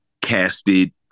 casted